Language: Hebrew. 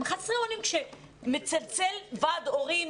הם חסרי אונים כשמצלצל ועד הורים